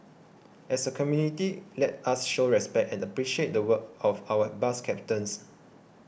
as a community let us show respect and appreciate the work of our bus captains